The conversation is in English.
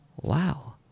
wow